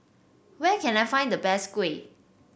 where can I find the best kuih